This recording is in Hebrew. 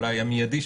אולי המיידי,